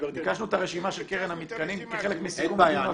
ביקשנו את הרשימה של קרן המתקנים כחלק מסיכום הדיון הקודם וזה לא התקדם.